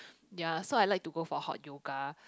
ya so I like to go for hot yoga